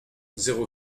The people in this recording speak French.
zéro